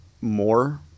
more